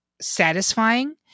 satisfying